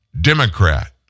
Democrat